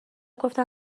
گفتن